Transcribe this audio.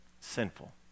Sinful